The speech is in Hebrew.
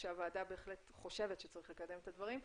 כשהוועדה בהחלט חושבת שצריך לקדם את הדברים,